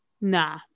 Nah